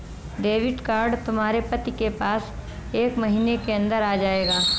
debit card तुम्हारे पति के पास एक महीने के अंदर आ जाएगा